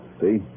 See